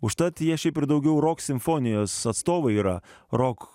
užtat jie šiaip ir daugiau roksimfonijos atstovai yra roko